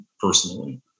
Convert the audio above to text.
personally